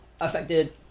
affected